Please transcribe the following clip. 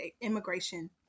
immigration